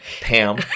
Pam